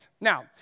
Now